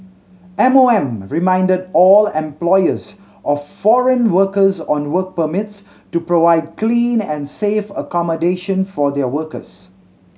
M O M reminded all employers of foreign workers on work permits to provide clean and safe accommodation for their workers